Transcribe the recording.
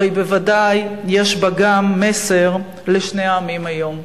הרי בוודאי יש בה גם מסר לשני העמים היום.